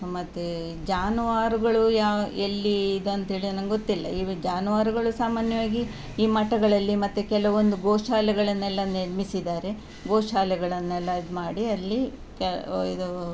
ಮತ್ತು ಜಾನುವಾರುಗಳು ಯಾವ ಎಲ್ಲಿ ಇದು ಅಂತೇಳಿ ನಂಗೆ ಗೊತ್ತಿಲ್ಲ ಇವು ಜಾನುವಾರುಗಳು ಸಾಮಾನ್ಯವಾಗಿ ಈ ಮಠಗಳಲ್ಲಿ ಮತ್ತು ಕೆಲವೊಂದು ಗೋಶಾಲೆಗಳನ್ನೆಲ್ಲ ನಿರ್ಮಿಸಿದ್ದಾರೆ ಗೋಶಾಲೆಗಳನ್ನೆಲ್ಲ ಇದು ಮಾಡಿ ಅಲ್ಲಿ ಇದು